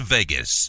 Vegas